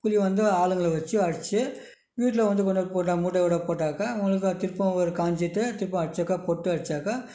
புளி வந்து ஆளுங்களை வந்து அடிச்சு வீட்டில் வந்து கொண்டு வந்து போட்டால் மூட்டையோட போட்டாக்கா அவங்களுக்கு திருப்பவும் ஒரு காஞ்சிட்டு திருப்ப அடிச்சாக்கா பொட்டு அடிச்சாக்கா